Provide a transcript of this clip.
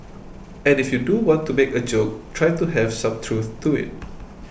and if you do want to make a joke try to have some truth to it